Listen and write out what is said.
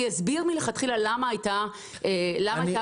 אני אסביר למה מלכתחילה הייתה הוראת